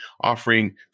offering